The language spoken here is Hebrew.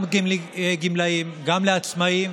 גם לגמלאים גם לעצמאים,